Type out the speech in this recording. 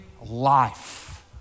life